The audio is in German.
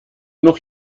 noch